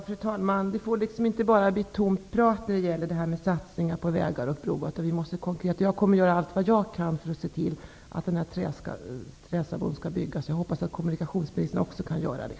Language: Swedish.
Fru talman! Det får inte bara bli tomt prat när det gäller satsningar på vägar och broar. Jag kommer att göra allt vad jag kan för att se till att Trästabron skall byggas. Jag hoppas att kommunikationsministern också kan göra det.